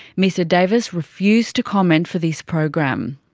mr davis refused to comment for this program.